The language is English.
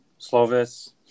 Slovis